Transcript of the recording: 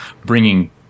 bringing